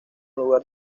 lugar